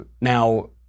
Now